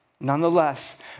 Nonetheless